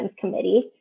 Committee